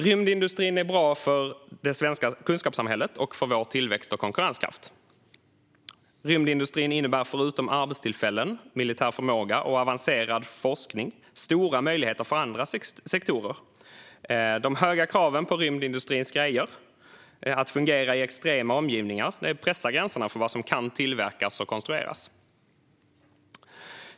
Rymdindustrin är bra för det svenska kunskapssamhället och för vår tillväxt och konkurrenskraft. Rymdindustrin innebär förutom arbetstillfällen, militär förmåga och avancerad forskning också stora möjligheter för andra sektorer. De höga kraven på rymdindustrins produkter att fungera i en extrem omgivning pressar gränserna för vad som kan tillverkas och konstrueras.